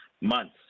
months